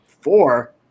four